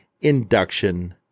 induction